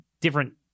different